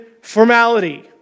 formality